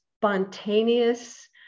spontaneous